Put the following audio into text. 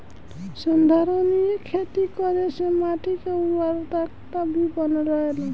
संधारनीय खेती करे से माटी के उर्वरकता भी बनल रहेला